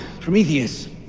Prometheus